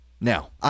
Now